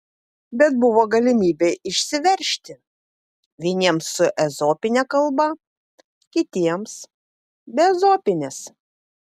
bet buvo galimybė išsiveržti vieniems su ezopine kalba kitiems be ezopinės